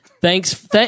Thanks